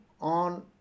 on